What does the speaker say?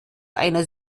einer